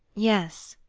yes.